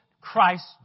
Christ